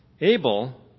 Abel